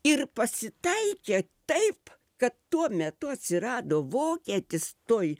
ir pasitaikė taip kad tuo metu atsirado vokietis toj